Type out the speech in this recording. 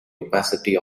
opacity